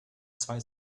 zwei